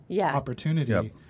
opportunity